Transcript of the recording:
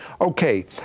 Okay